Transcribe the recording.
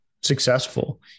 successful